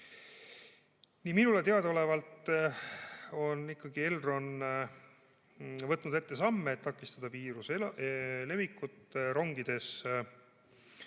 Minule teadaolevalt on Elron ikkagi võtnud ette samme, et takistada viiruse levikut rongides.